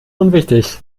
unwichtig